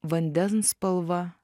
vandens spalva